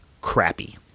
crappy